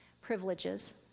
privileges